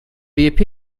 vip